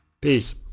Peace